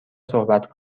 صحبت